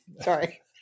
Sorry